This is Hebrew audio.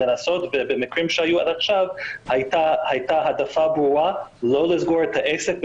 במקרים שהיו עד עכשיו הייתה העדפה ברורה לא לסגור את העסק,